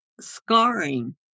scarring